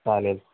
चालेल